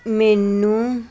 ਮੈਨੂੰ